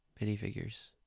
minifigures